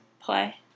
play